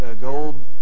gold